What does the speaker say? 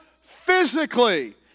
physically